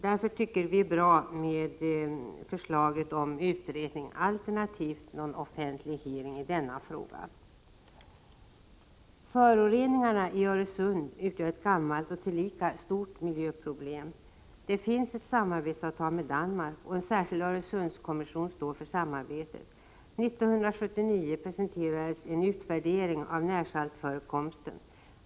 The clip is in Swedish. Därför tycker vi att förslaget om utredning, alternativt en offentlig hearing i denna fråga, är bra. Föroreningarna i Öresund utgör ett gammalt och tillika stort miljöproblem. Det finns ett samarbetsavtal med Danmark och en särskild Öresundskommission som står för samarbetet. 1979 presenterades en utvärdering av närsaltförekomsten.